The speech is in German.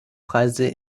preise